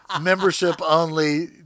membership-only